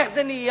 איך זה נהיה?